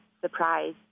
surprise